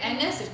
mm